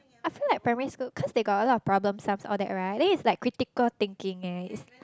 I feel like primary school cause they got a lot of problem sums all that right then it's like critical thinking eh it's